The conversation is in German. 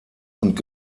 und